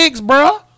bro